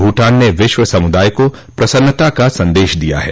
भूटान ने विश्व समुदाय को प्रसन्नता का संदेश दिया है